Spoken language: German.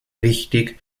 richtig